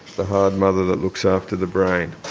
the hard mother that looks after the brain.